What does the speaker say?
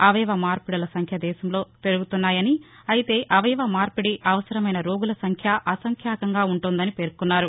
అవయవ మార్పిడుల సంఖ్య దేశంలో పెరుగుతున్నాయని అయితే అవయవ మార్పిడి అవసరమైన రోగుల సంఖ్య అసంఖ్యాకంగా ఉంటోందని పేర్కొన్నారు